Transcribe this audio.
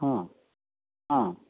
ହଁ ହଁ